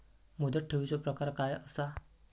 मुदत ठेवीचो प्रकार काय असा?